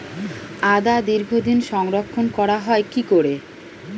আদা দীর্ঘদিন সংরক্ষণ করা হয় কি করে?